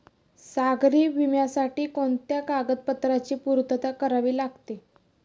सागरी विम्यासाठी कोणत्या कागदपत्रांची पूर्तता करावी लागते?